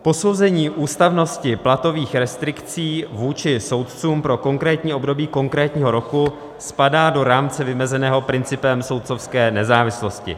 Posouzení ústavnosti platových restrikcí vůči soudcům pro konkrétní období konkrétního roku spadá do rámce vymezeného principem soudcovské nezávislosti.